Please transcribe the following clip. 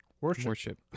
worship